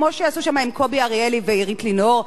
כמו שעשו שם עם קובי אריאלי ועירית לינור,